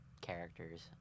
characters